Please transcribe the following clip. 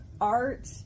art